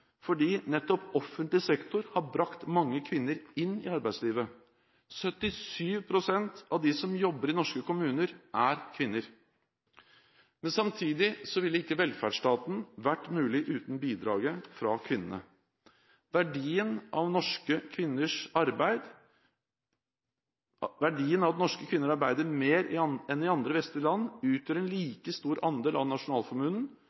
fordi nettopp offentlig sektor har brakt mange kvinner inn i arbeidslivet. 77 pst. av dem som jobber i norske kommuner, er kvinner. Men samtidig ville ikke velferdsstaten vært mulig uten bidraget fra kvinnene. Verdien av at norske kvinner arbeider mer enn i andre vestlige land, utgjør en like stor andel av nasjonalformuen